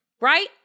right